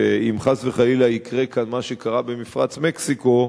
ואם חס וחלילה יקרה כאן מה שקרה במפרץ מקסיקו,